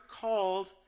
called